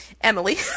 Emily